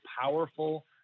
powerful